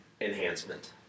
enhancement